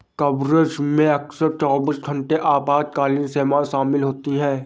coverage में अक्सर चौबीस घंटे आपातकालीन सेवाएं शामिल होती हैं